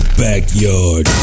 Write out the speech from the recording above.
backyard